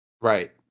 Right